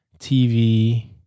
TV